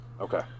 okay